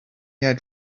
had